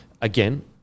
again